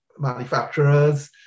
Manufacturers